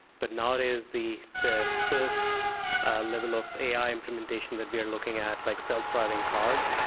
but nowadays the the first level of ai implementation that we are looking at, like self-driving cars.